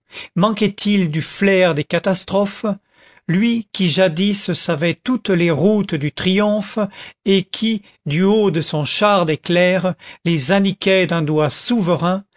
manquait-il du flair des catastrophes lui qui jadis savait toutes les routes du triomphe et qui du haut de son char d'éclairs les indiquait d'un doigt souverain